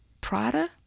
Prada